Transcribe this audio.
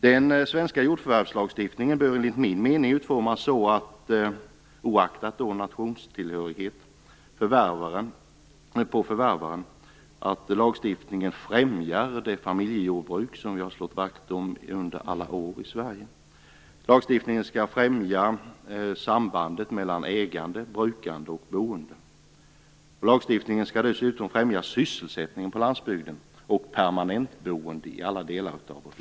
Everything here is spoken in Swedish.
Den svenska jordförvärvslagstiftningen bör enligt min mening utformas så, oaktat nationstillhörighet hos förvärvaren, att lagstiftningen främjar familjejordbruk, något som vi under alla år har slagit vakt om i Sverige. Lagstiftningen skall främja sambandet mellan ägande, brukande och boende. Lagstiftningen skall dessutom främja sysselsättningen på landsbygden och permanentboende i alla delar av landet.